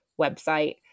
website